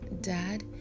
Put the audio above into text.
Dad